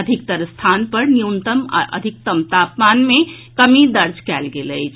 अधिकतर स्थान पर न्यूनतम आ अधिकतम तापमान मे कमी दर्ज कयल गेल अछि